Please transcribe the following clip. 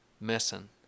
missing